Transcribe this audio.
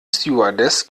stewardess